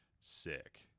sick